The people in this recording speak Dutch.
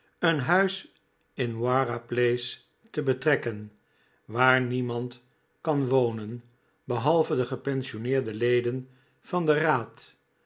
een huis in moira place te betrekken waar niemand kan wonen behalve de gepensionneerde leden van den raad